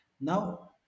Now